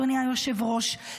אדוני היושב-ראש,